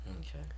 Okay